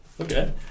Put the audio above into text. Okay